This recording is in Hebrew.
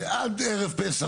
עוד משרד חדש,